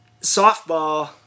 Softball